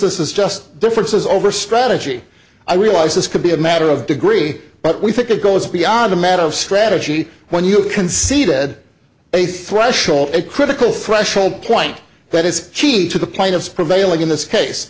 this is just differences over strategy i realize this could be a matter of degree but we think it goes beyond a matter of strategy when you have conceded a threshold a critical threshold point that is key to the plaintiffs prevailing in this case